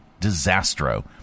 disastro